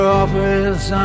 office